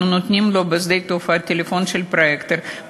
אנחנו נותנים לו בשדה התעופה טלפון של פרויקטור,